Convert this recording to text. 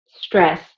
stress